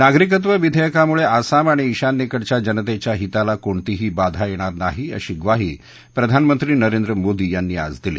नागरिकत्व विधेयकामुळे आसाम आणि ईशान्येकडच्या जनतेच्या हिताला कोणतीही बाधा येणार नाही अशी ग्वाही प्रधानमंत्री नरेंद्र मोदी यांनी आज दिली